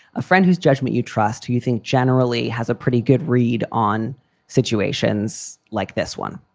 a friend whose judgment you trust, who you think generally has a pretty good read on situations like this one.